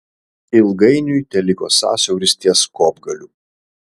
ilgainiui teliko sąsiauris ties kopgaliu